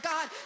God